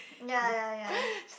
ya ya ya